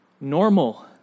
normal